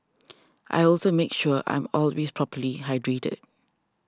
I also make sure I'm always properly hydrated